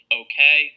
okay